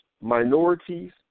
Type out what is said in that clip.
minorities